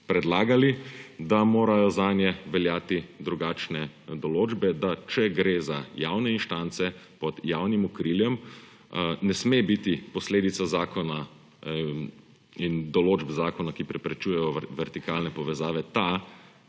predlagali, da morajo zanje veljati drugačne določbe, da če gre za javno instance pod javnim okriljem, ne sme biti posledica zakona in določb zakona, ki preprečujejo vertikalne povezave, ta,